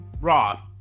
Raw